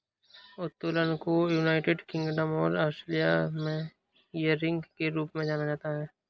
उत्तोलन को United Kingdom और ऑस्ट्रेलिया में गियरिंग के रूप में जाना जाता है